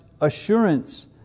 assurance